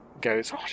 goes